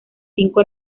cinco